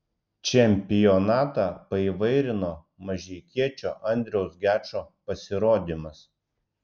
čempionatą paįvairino mažeikiečio andriaus gečo pasirodymas